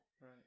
right